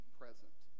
present